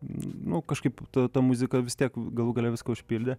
nu kažkaip būtų ta muzika vis tiek galų gale viską užpildė